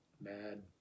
mad